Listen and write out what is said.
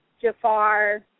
jafar